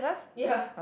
ya